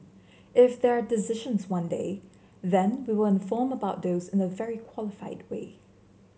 if there decisions one day then we will inform about those in a very qualified way